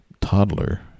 toddler